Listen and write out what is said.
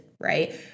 right